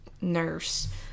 nurse